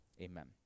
amen